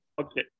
Okay